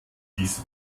dies